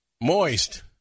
Moist